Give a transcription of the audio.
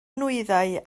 nwyddau